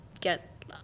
get